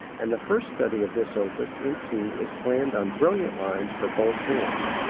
and the first study of this opus in c is planned on brilliant lines for both hands.